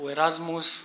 Erasmus